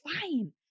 fine